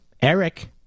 Eric